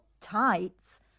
tights